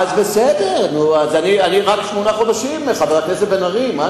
בסדר, תשמע, אני רק שמונה חודשים בתפקיד, ולא